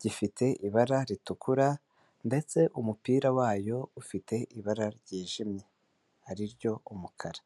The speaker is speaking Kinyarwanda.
gifite ibara ritukura ndetse umupira wayo ufite ibara ryijimye ariryo umukara.